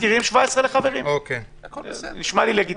זה נשמע לי לגיטימי.